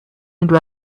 into